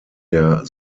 der